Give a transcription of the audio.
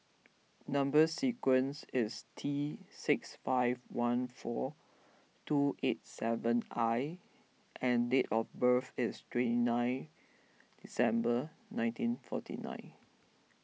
Number Sequence is T six five one four two eight seven I and date of birth is twenty nine December nineteen forty nine